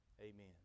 amen